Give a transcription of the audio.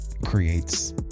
creates